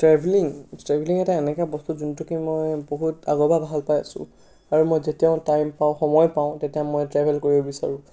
travelling travelling এটা এনেকুৱা বস্তু যোনটোকি মই বহুত আগৰ পৰা ভাল পাই আছোঁ আৰু মই যেতিয়াও টাইম পাওঁ সময় পাওঁ তেতিয়া মই ট্ৰেভেল কৰিব বিচাৰোঁ